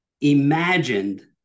imagined